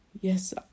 Yes